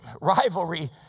rivalry